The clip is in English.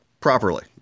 properly